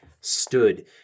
stood